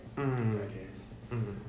mm mm